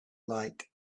like